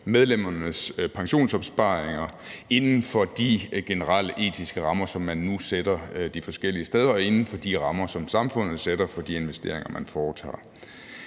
medlemmernes pensionsopsparinger inden for de generelle etiske rammer, som man nu sætter de forskellige steder, og inden for de rammer, som samfundet sætter for de investeringer, man foretager.